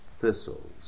Thistles